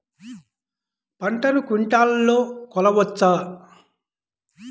పంటను క్వింటాల్లలో కొలవచ్చా?